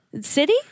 City